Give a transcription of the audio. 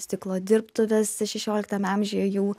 stiklo dirbtuvės šešioliktame amžiuje jau